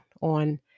on